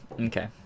Okay